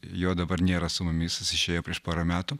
jo dabar nėra su mumis jis išėjo prieš porą metų